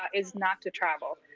ah is not to travel.